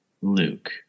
Luke